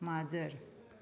माजर